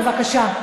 בבקשה.